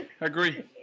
Agree